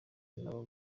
nabo